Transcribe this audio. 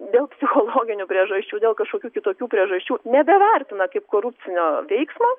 dėl psichologinių priežasčių dėl kažkokių kitokių priežasčių nebevertina kaip korupcinio veiksmo